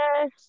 Yes